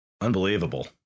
Unbelievable